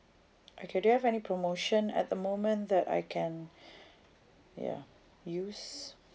okay do you have any promotion at the moment that I can ya use